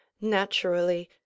Naturally